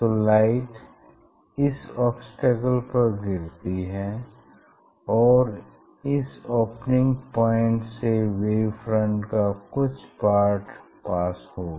तो लाइट इस ओब्स्टेकल पर गिरती है और इस ओपनिंग पॉइंट से वेव फ्रंट का कुछ पार्ट पास होगा